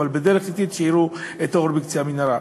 שיראו את האור בקצה המנהרה.